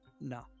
No